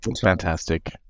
fantastic